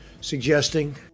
suggesting